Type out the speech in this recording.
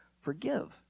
forgive